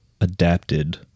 adapted